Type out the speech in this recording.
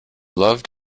loved